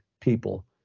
people